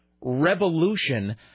revolution